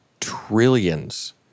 trillions